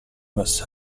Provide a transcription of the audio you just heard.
must